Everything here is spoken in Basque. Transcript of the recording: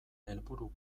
helburu